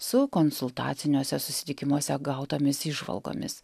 su konsultaciniuose susitikimuose gautomis įžvalgomis